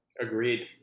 Agreed